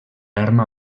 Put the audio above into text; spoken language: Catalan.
arma